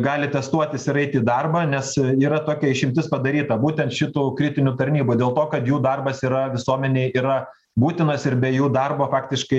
gali testuotis ir eiti į darbą nes yra tokia išimtis padaryta būtent šitų kritinių tarnybų dėl to kad jų darbas yra visuomenei yra būtinas ir be jų darbo faktiškai